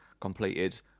completed